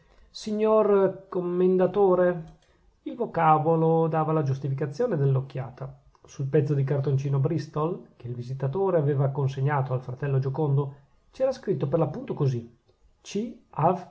signor commendatore il vocabolo dava la giustificazione dell'occhiata sul pezzo di cartoncino bristol che il visitatore aveva consegnato al fratello giocondo c'era scritto per l'appunto così c